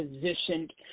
positioned